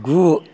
गु